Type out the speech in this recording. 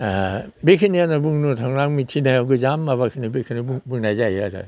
बेखिनियानो बुंनो थांला आं मिथिनायाव गोजाम माबाखोनो बेखौनो बुंनाय जायो आरो